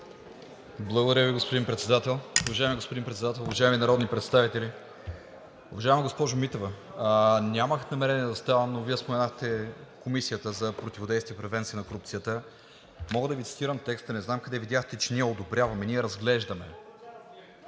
Благодаря Ви, господин Председател. Уважаеми господин Председател, уважаеми народни представители! Уважаема госпожо Митева, нямах намерение да ставам, но Вие споменахте Комисията за противодействие и превенция на корупцията. Мога да Ви цитирам текста, не знам къде видяхте, че ние одобряваме. Ние разглеждаме!